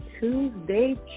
Tuesday